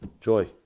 joy